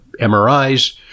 MRIs